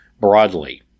broadly